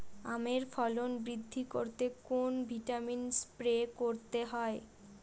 আমের ফলন বৃদ্ধি করতে কোন ভিটামিন স্প্রে করতে হয়?